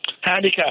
handicap